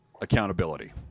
accountability